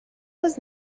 was